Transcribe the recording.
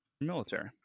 Military